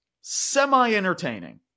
semi-entertaining